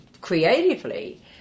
creatively